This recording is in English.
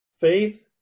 Faith